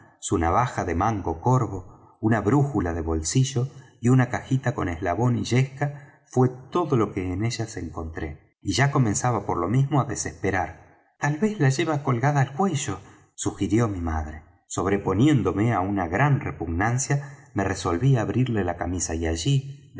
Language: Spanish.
su navaja de mango corvo una brújula de bolsillo y una cajita con eslabón y yesca fué todo lo que en ellas encontré